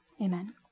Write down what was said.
amen